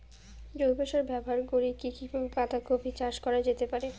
জৈব সার ব্যবহার কম করে কি কিভাবে পাতা কপি চাষ করা যেতে পারে?